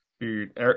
Dude